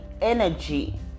energy